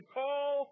call